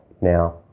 Now